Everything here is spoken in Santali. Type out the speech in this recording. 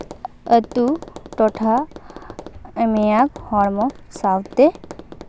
ᱟᱛᱳ ᱴᱚᱴᱷᱟ ᱟᱢᱤᱭᱟᱫ ᱦᱚᱲᱢᱚ ᱥᱟᱶᱛᱮ